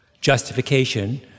justification